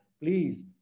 please